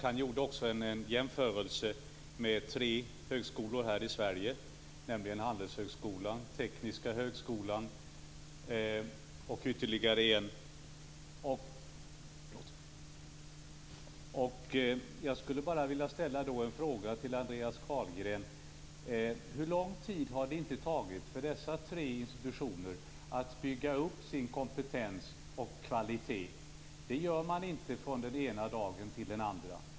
Han gjorde också en jämförelse med tre högskolor här i Sverige, nämligen Handelshögskolan, Tekniska högskolan och ytterligare en högskola. Men hur lång tid har det inte tagit för dessa tre institutioner att bygga upp sin kompetens och kvalitet? Sådant gör man inte från den ena dagen till den andra.